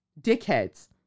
dickheads